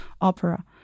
opera